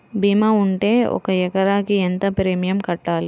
భీమా ఉంటే ఒక ఎకరాకు ఎంత ప్రీమియం కట్టాలి?